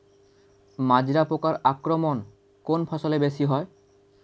মাজরা পোকার আক্রমণ কোন ফসলে বেশি হয়?